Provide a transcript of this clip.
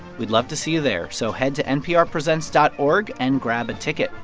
we'd love to see you there. so head to nprpresents dot org and grab a ticket.